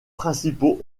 principaux